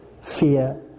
fear